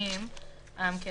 אנחנו